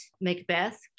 Macbeth